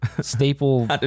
staple